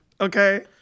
Okay